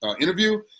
interview